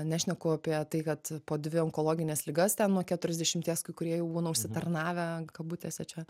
nešneku apie tai kad po dvi onkologines ligas ten nuo keturiasdešimies kai kurie jau būna užsitarnavę kabutėse čia